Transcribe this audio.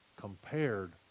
compared